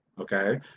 okay